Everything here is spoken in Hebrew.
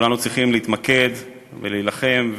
כולנו צריכים להתמקד ולהילחם,